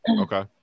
okay